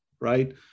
Right